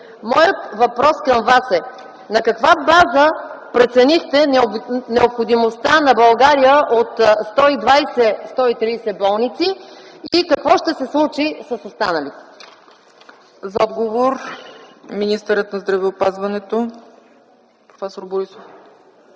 Моят въпрос към Вас е: на каква база преценихте необходимостта на България от 120-130 болници и какво ще се случи с останалите? ПРЕДСЕДАТЕЛ ЦЕЦКА ЦАЧЕВА: За отговор – министърът на здравеопазването проф. Борисова.